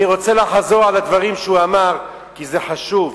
אני רוצה לחזור על הדברים שהוא אמר, כי זה חשוב.